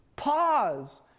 Pause